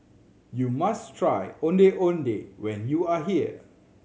you must try Ondeh Ondeh when you are here